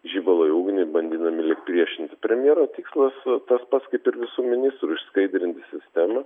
žibalo į ugnį bandydami lyg priešinti premjero tikslas tas pats kaip ir visų ministrų išskaidrinti sistemą